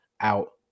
out